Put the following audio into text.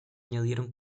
añadieron